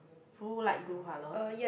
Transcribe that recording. full light blue colour